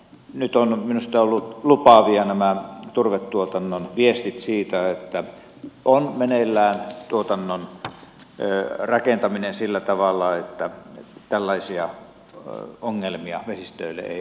nyt ovat minusta olleet lupaavia nämä turvetuotannon viestit siitä että on meneillään tuotannon rakentaminen sillä tavalla että tällaisia ongelmia vesistöille ei aiheudu